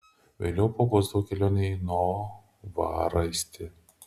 vėliau pabosdavo kelionė į novaraistį